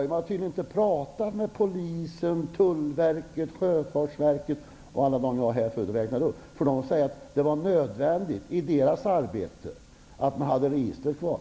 Tom Heyman har tydligen inte pratat med Polisen, Tullverket, Sjöfartsverket och alla andra som jag räknade upp förut. De säger att det är nödvändigt i deras arbete att ha registret kvar.